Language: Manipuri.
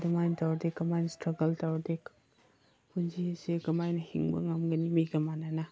ꯑꯗꯨꯃꯥꯏꯅ ꯇꯧꯔꯗꯤ ꯀꯃꯥꯏꯅ ꯏꯁꯇ꯭ꯔꯛꯒꯜ ꯇꯧꯔꯗꯤ ꯄꯨꯟꯁꯤꯁꯤ ꯀꯃꯥꯏꯅ ꯍꯤꯡꯕ ꯉꯝꯒꯅꯤ ꯃꯤꯒ ꯃꯥꯟꯅꯅ